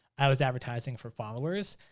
i was advertising for followers.